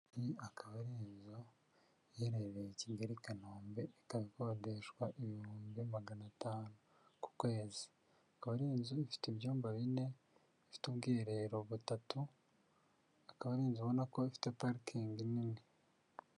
Iyi akaba ari inzu iherereye Kigali i Kanombe, ikaba ikodeshwa ibihumbi magana atanu ku kwezi, ikaba ari inzu ifite ibyumba bine bifite ubwiherero butatu akaba ari inzu ubona ko ifite parikingi nini.